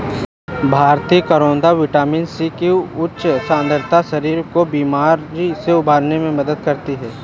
भारतीय करौदा vitamin C की उच्च सांद्रता शरीर को बीमारी से उबरने में मदद करती है